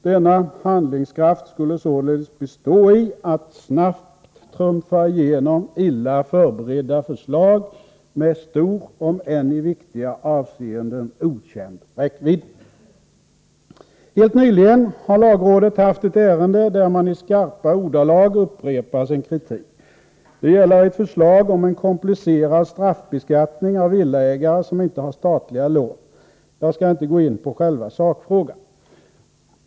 Denna handlingskraft skulle således bestå i att snabbt trumfa igenom illa förberedda förslag med stor, om än i viktiga avseenden okänd räckvidd. Helt nyligen har lagrådet haft ett ärende där man i skarpa ordalag upprepat sin kritik. Det gäller ett förslag om en komplicerad straffbeskattning av villaägare som inte har statliga lån. Jag skall inte gå in på själva sakfrågan.